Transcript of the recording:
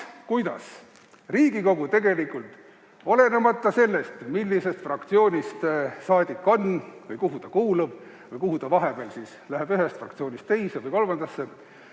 kuidas Riigikogu tegelikult, olenemata sellest, millisest fraktsioonist saadik on või kuhu ta kuulub või kuhu ta vahepeal läheb, ühest fraktsioonist teise või kolmandasse,